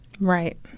Right